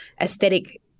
aesthetic